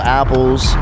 apples